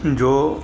जो